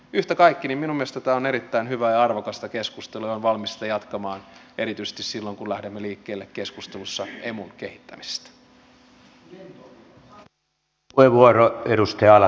yhtä kaikki minun mielestäni tämä on erittäin hyvää ja arvokasta keskustelua ja olen valmis sitä jatkamaan erityisesti silloin kun lähdemme liikkeelle keskustelussa emun kehittämisestä